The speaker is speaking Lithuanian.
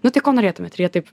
nu tai ko norėtumėt ir jie taip